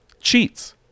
cheats